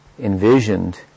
envisioned